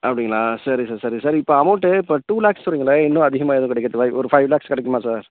அப்படிங்களா சரி சார் சரி சார் இப்போ அமௌண்ட்டு இப்போ டூ லேக்ஸ் சொன்னீங்கல்ல இன்னும் அதிகமாக எதுவும் கிடைக்கறதுக்கு வாய்ப் ஒரு ஃபைவ் லேக்ஸ் கிடைக்குமா சார்